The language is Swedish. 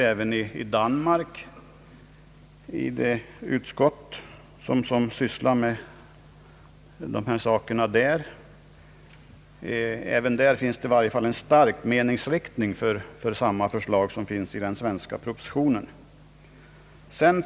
även i det utskott som sysslar med dessa saker i Danmark finns det i varje fall en stark meningsriktning för samma förslag som framlägges i den svenska propositionen.